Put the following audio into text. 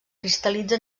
cristal·litza